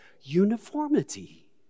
uniformity